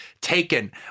taken